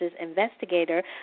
investigator